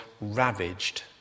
ravaged